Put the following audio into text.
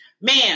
Man